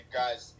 guys